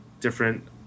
Different